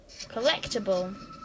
Collectible